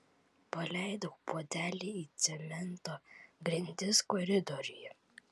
paleidau puodelį į cemento grindis koridoriuje